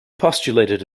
postulated